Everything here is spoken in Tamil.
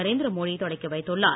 நரேந்திர மோடி தொடக்கி வைத்துள்ளார்